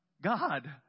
God